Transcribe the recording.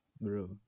Bro